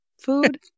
food